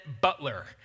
butler